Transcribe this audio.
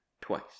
twice